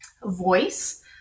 voice